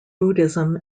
buddhism